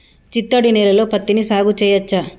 చిత్తడి నేలలో పత్తిని సాగు చేయచ్చా?